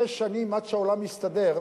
שש שנים עד שהעולם יסתדר,